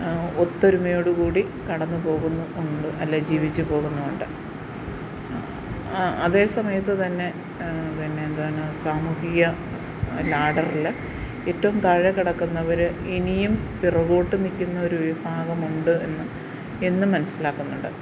ഒത്തൊരുമയോടു കൂടി കടന്നു പോകുന്നുണ്ട് അല്ലേ ജീവിച്ചു പോകുന്നുണ്ട് അതേസമയത്ത് തന്നെ പിന്നെ എന്താണ് സാമൂഹിക ലാടറിൽ ഏറ്റവും താഴെ കിടക്കുന്നത് ഇനിയും പിറകോട്ട് നിൽക്കുന്ന ഒരു വിഭാഗമുണ്ട് എന്നു മനസ്സിലാക്കുന്നുണ്ട്